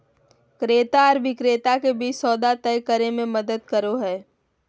क्रेता आर विक्रेता के बीच सौदा तय करे में मदद करो हइ